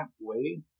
halfway